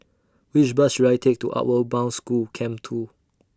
Which Bus should I Take to Outward Bound School Camp two